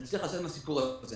נצליח לצאת מהסיפור הזה.